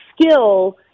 skill